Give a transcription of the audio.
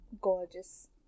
gorgeous